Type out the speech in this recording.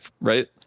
right